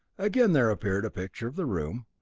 again there appeared a picture of the room,